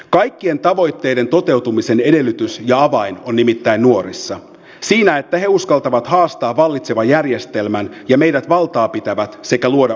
kaikkien tavoitteiden toteutumisen edellytys ja avain on nimittäin nuorissa siinä että he uskaltavat haastaa vallitsevan järjestelmän ja meidät valtaapitävät sekä luoda uutta